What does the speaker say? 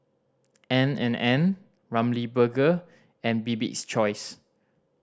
N and N Ramly Burger and Bibik's Choice